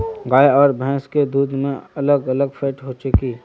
गाय आर भैंस के दूध में अलग अलग फेट होचे की?